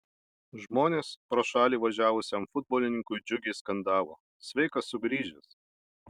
žmonės pro šalį važiavusiam futbolininkui džiugiai skandavo sveikas sugrįžęs